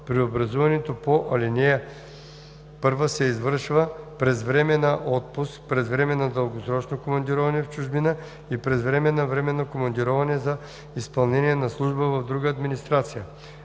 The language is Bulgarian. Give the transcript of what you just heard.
Преобразуването по ал. 1 се извършва през време на отпуск, през време на дългосрочно командироване в чужбина и през време на временно командироване за изпълнение на служба в друга администрация.